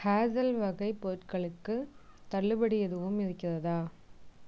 hazel வகை பொருள்களுக்கு தள்ளுபடி எதுவும் இருக்கிறதா